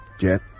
Jet